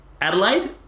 Adelaide